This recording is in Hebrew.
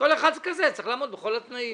כל אחד כזה צריך לעמוד בכל התנאים.